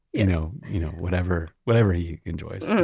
you know you know whatever whatever he enjoys,